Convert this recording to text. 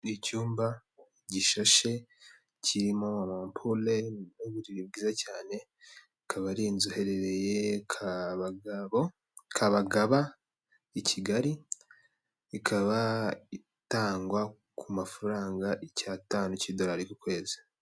Icyumba gishashe kirimo amapure n'uburiri bwiza cyane akaba ari inzu iherereye, Kabagaba i Kigali ikaba itangwa ku mafaranga icyatanu cy'idolari ari ku kwezi.